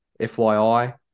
FYI